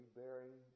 bearing